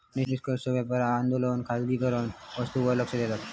निष्पक्ष व्यापार आंदोलन खासकरान वस्तूंवर लक्ष देता